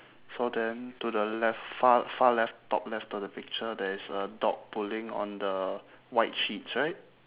so then to the left far far left top left to the picture there is a dog pulling on the white sheets right